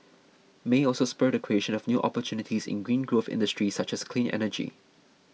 may also spur the creation of new opportunities in green growth industries such as clean energy